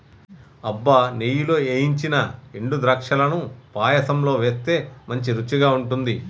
అబ్బ నెయ్యిలో ఏయించిన ఎండు ద్రాక్షలను పాయసంలో వేస్తే మంచి రుచిగా ఉంటుంది